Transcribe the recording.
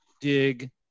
dig